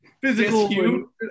physical